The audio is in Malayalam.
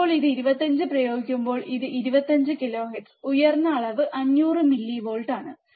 ഇപ്പോൾ ഇത് 25 പ്രയോഗിക്കുമ്പോൾ ഇത് കിലോഹെർട്സ് ഉയർന്ന അളവ് 500 മില്ലിവോൾട്ടാണ്